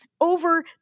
over